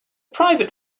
private